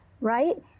right